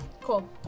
Cool